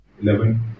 Eleven